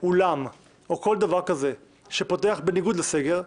אולם או כל דבר כזה, שפותח בניגוד לסגר,